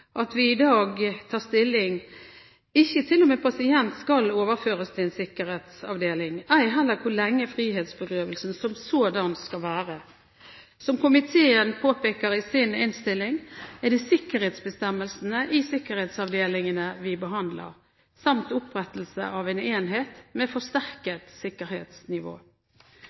at vi i dag ikke tar stilling til om en pasient skal overføres til sikkerhetsavdeling, ei heller hvor lenge frihetsberøvelsen som sådan skal vare. Som komiteen påpeker i sin innstilling, er det sikkerhetsbestemmelsene i sikkerhetsavdelingene vi behandler, samt opprettelse av en enhet med forsterket sikkerhetsnivå.